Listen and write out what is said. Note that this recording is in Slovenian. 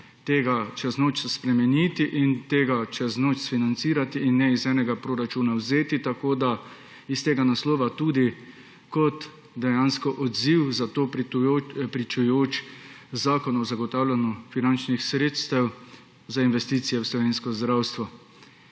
tega čez noč spremeniti in tega čez noč sfinancirati in ne iz enega proračuna vzeti. Iz tega naslova tudi kot dejansko odziv na to pričujoči zakon o zagotavljanju finančnih sredstev za investicije v slovensko zdravstvo.